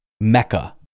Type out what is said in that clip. mecca